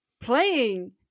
playing